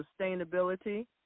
sustainability